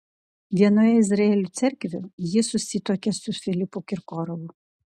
vienoje izraelio cerkvių ji susituokė su filipu kirkorovu